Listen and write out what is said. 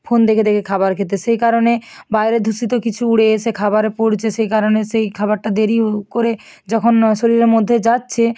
phone দেখে দেখে খাবার খেতে সেই কারণে বাইরের দূষিত কিছু উড়ে এসে খাবারে পড়ছে সেই কারণে সেই খাবারটা দেরি করে যখন শরীরের মধ্যে যাচ্ছে